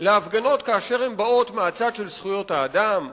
להפגנות כאשר הן באות מהצד של זכויות האדם,